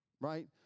right